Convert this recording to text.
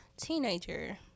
Teenager